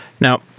Now